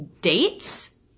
dates